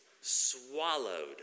swallowed